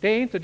säger Hans Karlsson.